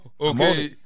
Okay